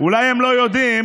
אולי הם לא יודעים